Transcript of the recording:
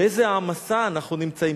באיזו העמסה אנחנו נמצאים.